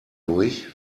durch